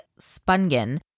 Spungen